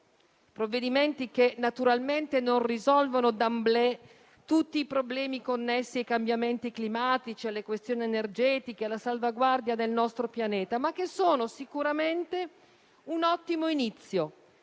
provvedimenti che naturalmente non risolvono *d'emblée* tutti i problemi connessi ai cambiamenti climatici, alle questioni energetiche e alla salvaguardia del nostro pianeta, ma che sono sicuramente un ottimo inizio,